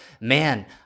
man